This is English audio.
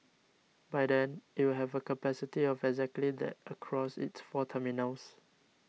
by then it will have a capacity of exactly that across its four terminals